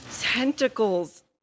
Tentacles